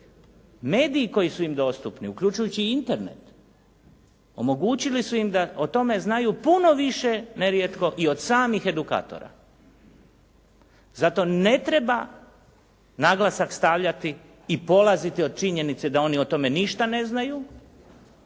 Mediji koji su im dostupni uključujući i Internet, omogućili su im da o tome znaju puno više nerijetko i od samih edukatora. Zato ne treba naglasak staviti i polaziti od činjenice da oni o tome ništa neznaju